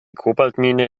kobaltmine